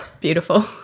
Beautiful